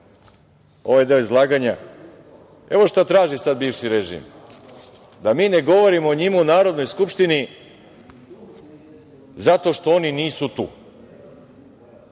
ovaj deo izlaganja, evo šta sad traži bivši režim, da mi ne govorimo o njima u Narodnoj skupštini zato što oni nisu tu.